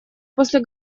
после